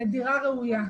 אנחנו